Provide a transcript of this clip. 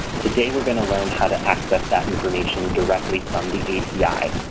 today we're going to learn how to access that information directly from the api.